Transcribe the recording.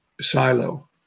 silo